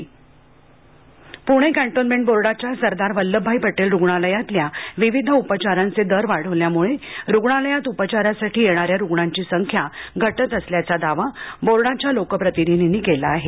Pune cantonment Pune cantonment बोर्डाच्या सरदार वल्लभभाई पटेल रूग्णालयातल्या विविध उपचारांचे दर वाढवल्यामुळे रूग्णालयात उपचारासाठी येणाऱ्या रूग्णांची संख्या घटत असल्याचा दावा बोर्डाच्या लोकप्रतिनिधींनी केला आहे